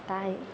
ತಾಯಿ